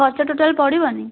ଖର୍ଚ୍ଚ ଟୋଟାଲି ପଡ଼ିବନି